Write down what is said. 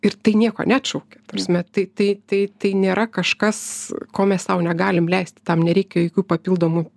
ir tai nieko neatšaukia ta prasme tai tai tai tai nėra kažkas ko mes sau negalim leisti tam nereikia jokių papildomų